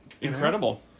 Incredible